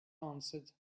answered